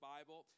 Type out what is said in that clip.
Bible